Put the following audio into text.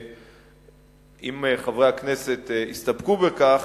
אם חברי הכנסת יסתפקו בכך,